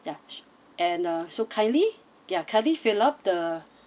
ya and uh so kindly ya kindly fill up the